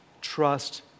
trust